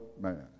man